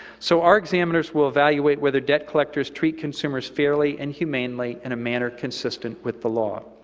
so our examiners will evaluate whether debt collectors treat consumers fairly and humanely in a manner consistent with the law.